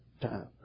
time